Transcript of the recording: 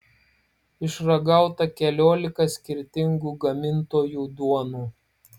išragauta keliolika skirtingų gamintojų duonų